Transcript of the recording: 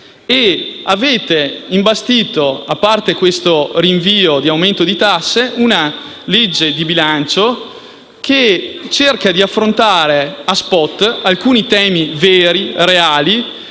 Avete poi imbastito, a parte questo rinvio di aumento di tasse, una legge di bilancio che cerca di affrontare, a *spot*, alcuni temi veri e reali,